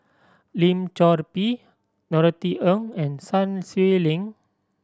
Lim Chor Pee Norothy Ng and Sun Xueling